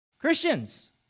Christians